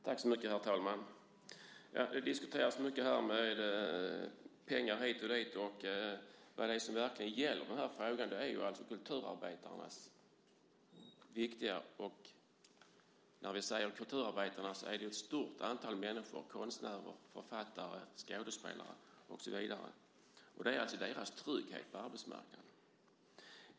Herr talman! Det diskuteras mycket här om pengar hit och dit, men det som den här frågan verkligen gäller är kulturarbetarnas viktiga arbete. När vi säger kulturarbetare så menar vi ju ett stort antal människor - konstnärer, författare, skådespelare och så vidare - och det är deras trygghet på arbetsmarknaden det handlar om.